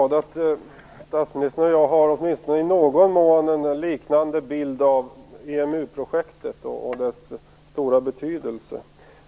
Fru talman! Jag är glad att statsministern och jag i någon mån har en liknande bild av EMU-projektet och dess stora betydelse.